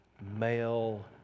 male